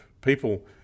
People